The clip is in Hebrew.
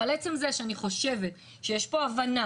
אבל עצם זה שאני חושבת שיש פה הבנה